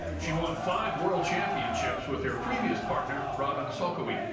she won five world championships with her previous partner robin szolkowy,